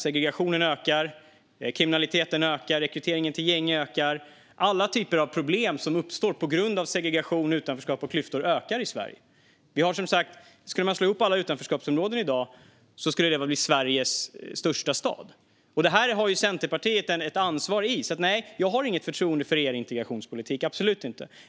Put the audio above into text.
Segregationen ökar, kriminaliteten ökar, rekryteringen till gäng ökar - alla typer av problem som uppstår på grund av segregation, utanförskap och klyftor ökar i Sverige. Skulle man slå ihop alla dagens utanförskapsområden skulle det bli Sveriges största stad. Det här har Centerpartiet ett ansvar i, så jag har inte förtroende för er integrationspolitik. Absolut inte.